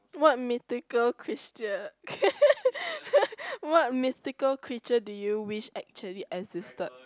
what mythical creature what mythical creature do you wished actually existed